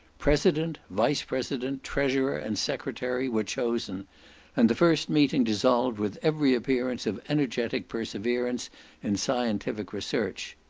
president, vice president, treasurer, and secretary, were chosen and the first meeting dissolved with every appearance of energetic perseverance in scientific research.